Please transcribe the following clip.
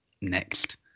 next